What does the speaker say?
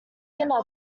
dinner